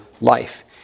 life